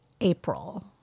April